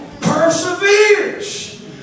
Perseveres